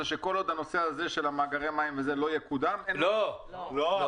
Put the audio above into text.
שכל עוד הנושא הזה של מאגרי מים לא יקודם אין --- לא.